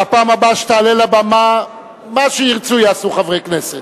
בפעם הבאה שתעלה לבמה מה שירצו יעשו חברי הכנסת.